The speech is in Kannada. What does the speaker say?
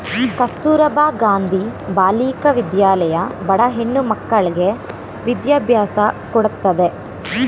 ಕಸ್ತೂರಬಾ ಗಾಂಧಿ ಬಾಲಿಕಾ ವಿದ್ಯಾಲಯ ಬಡ ಹೆಣ್ಣ ಮಕ್ಕಳ್ಳಗೆ ವಿದ್ಯಾಭ್ಯಾಸ ಕೊಡತ್ತದೆ